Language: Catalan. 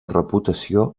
reputació